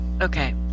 Okay